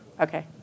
Okay